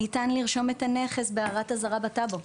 ניתן לרשום את הנכס בהערת אזהרה בטאבו.